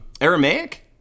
Aramaic